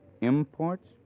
Imports